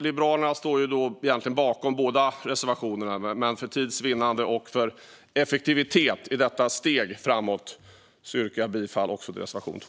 Liberalerna står egentligen bakom båda reservationerna, men för tids vinnande och för effektivitet i detta steg framåt yrkar jag bifall endast till reservation 2.